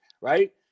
right